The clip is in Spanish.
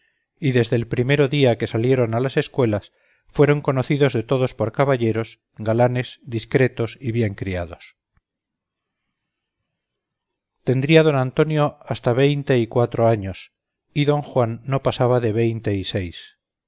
y desde el primero día que saliéron á las escuelas fuéron conocidos de todos por caballeros galanes discretos y bien criados tendria don antonio hasta veinte y cuatro años y don juan no pasaba de veinte y seis